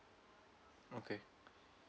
okay